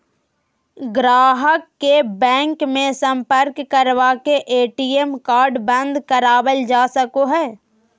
गाहक के बैंक मे सम्पर्क करवा के ए.टी.एम कार्ड बंद करावल जा सको हय